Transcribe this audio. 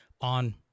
on